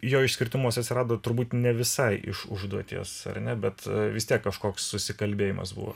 jo išskirtinumas atsirado turbūt ne visai iš užduoties ar ne bet vis tiek kažkoks susikalbėjimas buvo